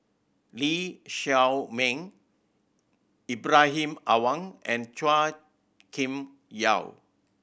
Lee Shao Meng Ibrahim Awang and Chua Kim Yeow